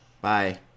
Bye